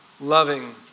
loving